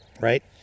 right